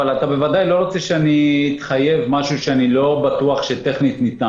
אבל אתה בוודאי לא רוצה שאני אתחייב על משהו שאני לא בטוח שניתן טכנית.